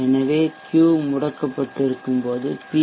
எனவே Q முடக்கப்பட்டிருக்கும் போது பி